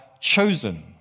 chosen